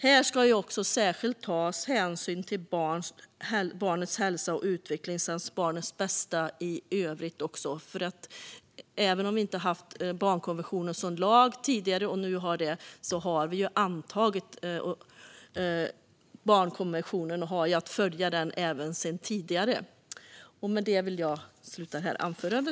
Här ska särskilt tas hänsyn till barnets hälsa och utveckling samt barnets bästa i övrigt. Även om vi inte har haft barnkonventionen som lag tidigare, som vi har nu, har vi ju antagit den och haft att följa den även tidigare.